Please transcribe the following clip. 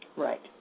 Right